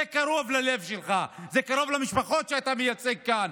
זה קרוב ללב שלך, זה קרוב למשפחות שאתה מייצג כאן.